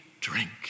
drink